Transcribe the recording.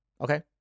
Okay